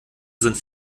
sind